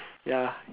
ya